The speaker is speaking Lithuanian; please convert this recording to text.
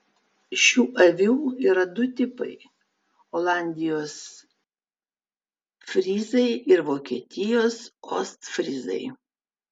šių avių yra du tipai olandijos fryzai ir vokietijos ostfryzai